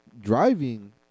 driving